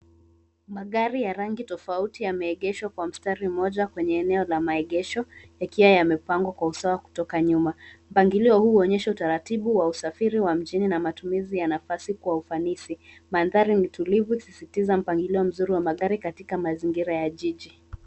Magari ya rangi tofauti yameegeshwa kwa mstari mmoja kwenye eneo la maegesho yakiwa yamepangwa kwa usawa kutoka nyuma. Mpangilio huu huonyesha utaratibu wa usafiri wa mjini na matumizi ya nafasi kwa ufanisi. Mandhari ni tulivu ikisisitiza mpangilio mzuri wa magari katika mazingira ya jiji.